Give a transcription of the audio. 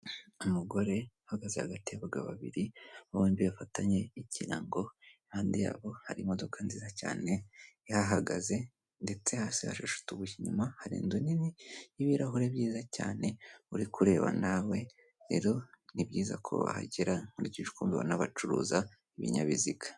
Umugore uhagaze hagati y'abagabo babiri, bombi bafatanye ikirango, impande yabo hari imodoka nziza cyane ihahagaze ndetse hasi hashashe utubuye. Inyuma hari inzu nini y'ibirahuri byiza cyane uri kureba nawe, rero ni byiza ko wahagera nkurikije uko mubabona bacuruza ibinyabiziga.